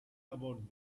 about